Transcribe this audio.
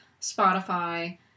Spotify